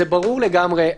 זה ברור לגמרי,